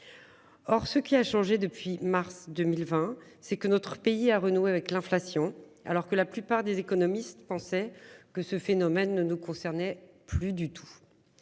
Or, ce qui a changé depuis mars 2020 c'est que notre pays a renoué avec l'inflation alors que la plupart des économistes pensaient que ce phénomène ne nous concernait plus du tout.